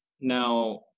Now